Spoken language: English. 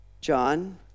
John